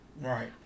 Right